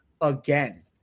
again